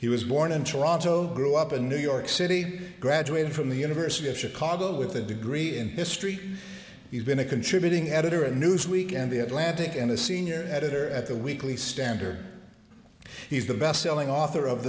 he was born in toronto grew up in new york city graduated from the university of chicago with a degree in history he's been a contributing editor at newsweek and the atlantic and a senior editor at the weekly standard he's the bestselling author of